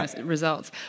results